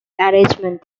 arrangement